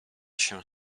się